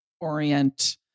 orient